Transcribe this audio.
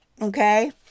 okay